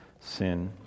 sin